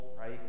right